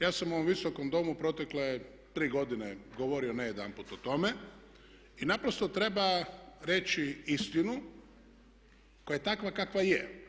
Ja sam u ovom Visokom domu u protekle tri godine govorio ne jedanput o tome i naprosto treba reći istinu koja je takva kakva je.